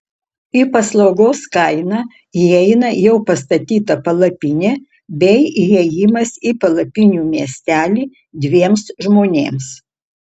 į paslaugos kainą įeina jau pastatyta palapinė bei įėjimas į palapinių miestelį dviems žmonėms